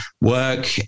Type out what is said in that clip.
work